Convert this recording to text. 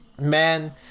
Man